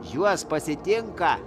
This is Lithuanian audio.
juos pasitinka